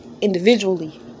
individually